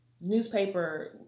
newspaper